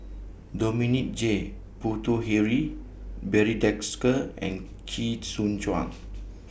Dominic J Puthucheary Barry Desker and Chee Soon Juan